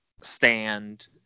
stand